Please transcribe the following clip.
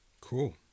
Cool